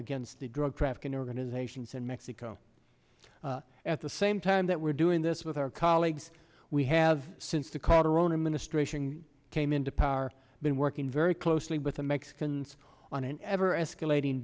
against the drug trafficking organizations in mexico at the same time that we're doing this with our colleagues we have since the calderon administration came into power been working very closely with the mexicans on an ever escalating